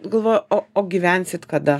galvoju o o gyvensit kada